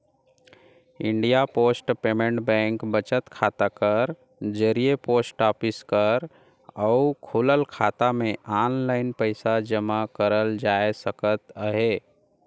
India Post Payment Bank बचत खाता कर जरिए पोस्ट ऑफिस कर अउ खुलल खाता में आनलाईन पइसा जमा करल जाए सकत अहे